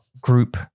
group